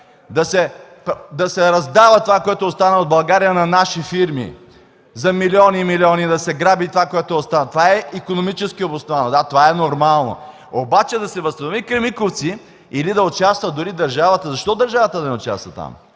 Да се раздава това, което е останало в България, на наши фирми за милиони и милиони, да се граби това, което е останало – това ли е икономически обосновано?! Да, това е нормално! Обаче да се възстанови „Кремиковци” или да участва дори държавата ... Защо държавата да не участва там?